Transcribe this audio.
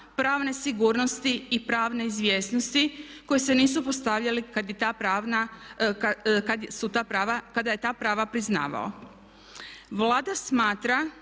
pravne sigurnosti i pravne izvjesnosti koji se nisu postavljali kad je ta prava priznavao. Vlada smatra